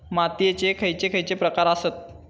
मातीयेचे खैचे खैचे प्रकार आसत?